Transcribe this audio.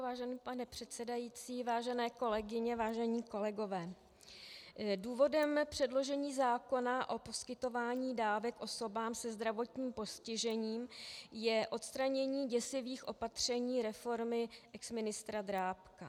Vážený pane předsedající, vážené kolegyně, vážení kolegové, důvodem předložení zákona o poskytování dávek osobám se zdravotním postižením je odstranění děsivých opatření reformy exministra Drábka.